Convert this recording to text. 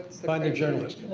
find a journalist.